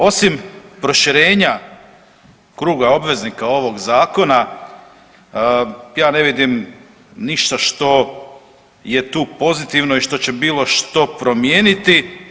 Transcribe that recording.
Osim proširenja kruga obveznika ovog Zakona, ja ne vidim ništa što je tu pozitivno i što će bilo što promijeniti.